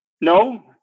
No